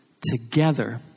together